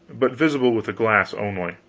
but visible with the glass only.